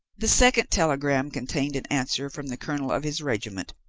the second telegram contained an answer from the colonel of his regiment,